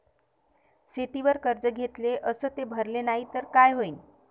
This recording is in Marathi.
शेतीवर कर्ज घेतले अस ते भरले नाही तर काय होईन?